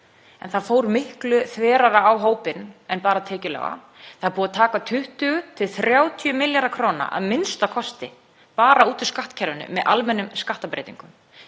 en það fór miklu þverar á hópinn en bara þá. Það er búið að taka 20–30 milljarða kr. a.m.k. bara út úr skattkerfinu með almennum skattbreytingum.